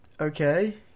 okay